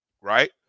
right